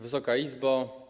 Wysoka Izbo!